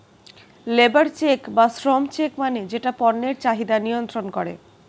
labour check বা শ্রম check মানে যেটা পণ্যের চাহিদা নিয়ন্ত্রন করে